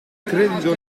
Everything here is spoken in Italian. credito